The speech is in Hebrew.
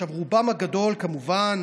עכשיו, רובם הגדול כמובן